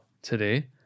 today